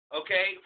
okay